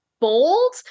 bold